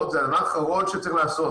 הדירות, וזה הדבר האחרון שצריך לעשות.